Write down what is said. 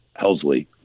Helsley